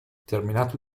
terminato